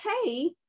okay